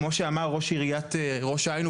כמו שאמר ראש עיריית ראש העין,